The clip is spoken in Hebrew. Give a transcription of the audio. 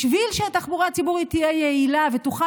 בשביל שהתחבורה הציבורית תהיה יעילה ותוכל